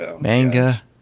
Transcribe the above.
Manga